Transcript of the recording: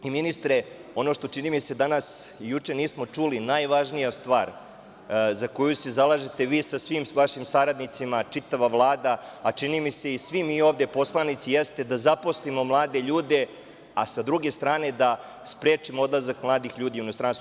Ministre, ono što, čini mi se, danas i juče nismo čuli, najvažnija stvar za koju se zalažete vi sa svim vašim saradnicima, čitava Vlada, a čini mi se i svi mi ovde poslanici, jeste da zaposlimo mlade ljude, a s druge strane da sprečimo odlazak mladih ljudi u inostranstvo.